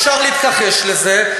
אפשר להתכחש לזה,